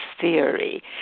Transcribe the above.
theory